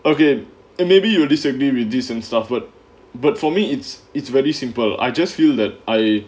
again and maybe you will disagree with decent suffered but for me it's it's very simple I just feel that I